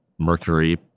Mercury